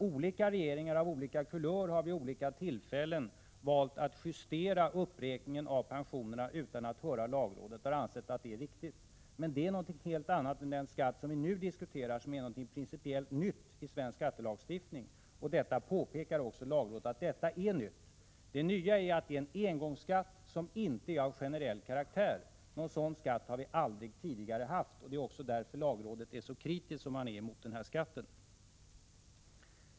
Olika regeringar av olika kulörer har vid olika tillfällen valt att justera uppräkningen av pensionerna utan att höra lagrådet och har ansett att detta är riktigt. Men det är någonting helt annat än den skatt som vi nu diskuterar och som är någonting principiellt nytt i svensk skattelagstiftning. Också lagrådet påpekar att detta är nytt. Det nya är att det är en engångsskatt som inte är av generell karaktär. Någon sådan skatt har vi aldrig tidigare haft, och det är också därför lagrådet är så kritiskt som det är mot den här skatten.